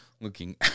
looking